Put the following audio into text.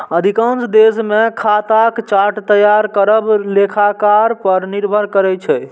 अधिकांश देश मे खाताक चार्ट तैयार करब लेखाकार पर निर्भर करै छै